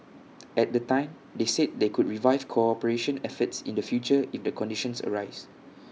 at the time they said they could revive cooperation efforts in the future if the conditions arise